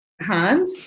hand